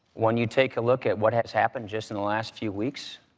when you take a look at what has happened just in the last few weeks,